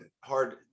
Hard